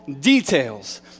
details